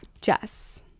Jess